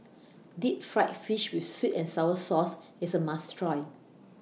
Deep Fried Fish with Sweet and Sour Sauce IS A must Try